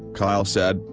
kyle said,